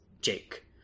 Jake